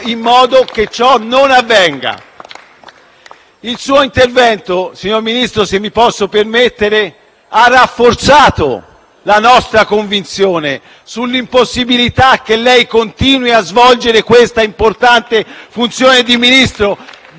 Il suo intervento, se mi posso permettere, ha rafforzato la nostra convinzione sull'impossibilità che lei continui a svolgere l'importante funzione di Ministro dei trasporti e delle infrastrutture